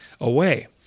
away